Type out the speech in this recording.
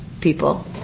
people